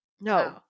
No